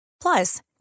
Plus